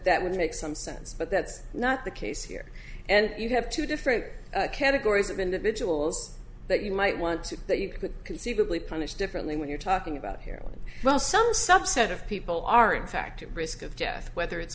that would make some sense but that's not the case here and you have two different categories of individuals that are you might want to that you could conceivably punish differently what you're talking about here well some subset of people are in fact at risk of death whether it's